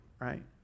right